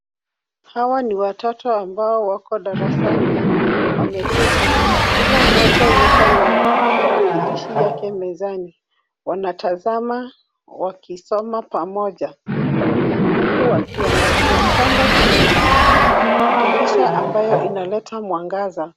Hawa ni watoto ambao wako darasani wameketi. Kila mmoja yuko na tarakilishi yake mezani. Wanatazama wakisoma pamoja huku wakiangalia. Kando kuna dirisha ambayo inaleta mwangaza.